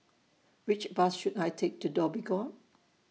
Which Bus should I Take to Dhoby Ghaut